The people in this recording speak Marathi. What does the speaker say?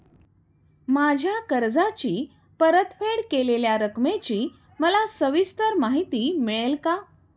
माझ्या कर्जाची परतफेड केलेल्या रकमेची मला सविस्तर माहिती मिळेल का?